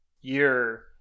year